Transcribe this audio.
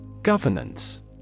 Governance